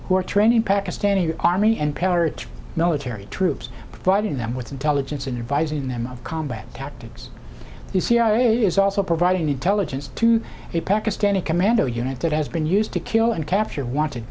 who are training pakistani army and parrot military troops providing them with intelligence and devising them of combat tactics the cia is also providing intelligence to the pakistani commando unit that has been used to kill and capture of wanted